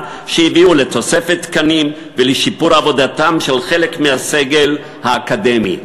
שהביאו לתוספת תקנים ולשיפור עבודתו של חלק מהסגל האקדמי,